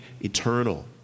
eternal